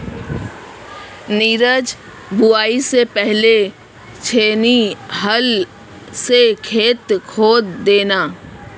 नीरज बुवाई से पहले छेनी हल से खेत खोद देना